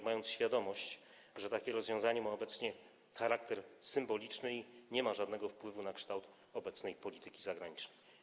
Mamy jednocześnie świadomość, że takie rozwiązanie ma obecnie charakter symboliczny i nie ma żadnego wpływu na kształt obecnej polityki zagranicznej.